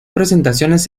presentaciones